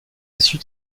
suite